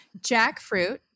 Jackfruit